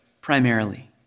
primarily